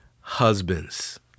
husbands